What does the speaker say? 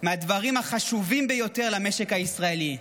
מהדברים החשובים ביותר למשק הישראלי.